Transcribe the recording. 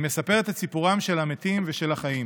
היא מספרת את סיפורם של המתים ושל החיים